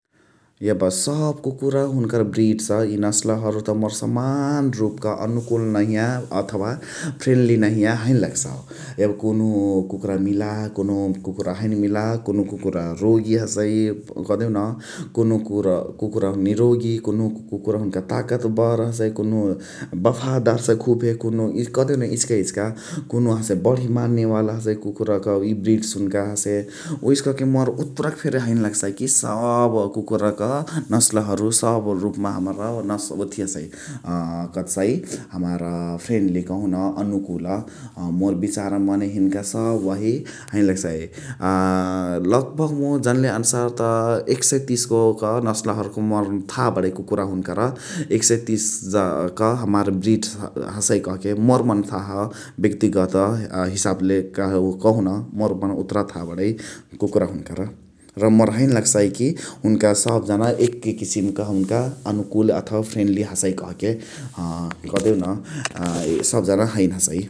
यब सब कुकुरा हुनुका ब्रीड्स इ नस्लहरु त मोर समान रुप क अनुकुल नहिया अथवा फ्रेन्डल्री नहिया हैने लग्सउ । यब कुनुहु कुकुरा मिलाह्, कुनुहु कुकुरा हैनेमिलाह्, कुनुहु कुकुरा रोगी हसइ कह्देउन कुनुहु कुकुरा निरोगि, कुनुहु कुकुरा हुनुका ताकतओर हसइ, कुनुहु बफादार हसइ खुभे कुनुहु इ कह्देउन इचिका इचिक, कुनुहु हसे बणी मानेवाला हसइ कुकुरा क इ ब्रीड्स हुनुका हसे । उहेसेकके मोर उतुरे फेरी हैने लग्सइ कि सब कुकुराक नस्लहरु सभ रुप्मा हमार ओथिया हसइ कथिकहसइ हमार फ्रेन्डल्री कहुन अनुकुल मोर बिचारमा मने हिन्क सभ वाही हैनइ लग्सइ । लग्भाग मुइ जनले अनुसार त एक सय तिस गो क नस्लहरु क मोर थह बणइ कुकुरा हुनुकर्, एक सय तिस क हमार ब्रीद हसइ कहके, मोर मने थाह बेग्तिगत हिसाब लेके कहुन मोर मने उतुर थाह बणै । कुकुरा हुनुकर र मोर हैने लग्सइ कि हुनुका सब जाना एकै किसिम क हुनुका अनुकुल अथवा फ्रेइन्द्ल्री हसइ कह्के ह कह्देउन सब जाना हैने हसइ ।